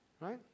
Right